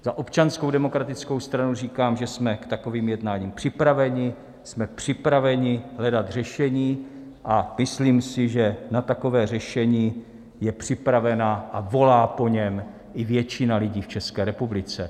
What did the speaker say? Za Občanskou demokratickou stranu říkám, že jsme k takovým jednáním připraveni, jsme připraveni hledat řešení, a myslím si, že na takové řešení je připravena a volá po něm i většina lidí v České republice.